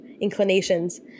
inclinations